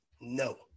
No